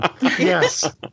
Yes